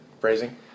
phrasing